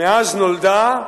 מאז נולדה,